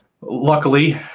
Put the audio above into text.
luckily